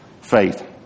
faith